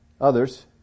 others